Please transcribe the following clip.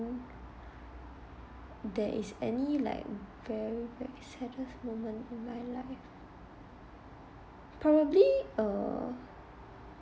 there is any like very very saddest moment in my life probably err